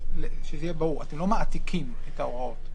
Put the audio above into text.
מעתיקים את ההוראות.